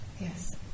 Yes